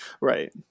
Right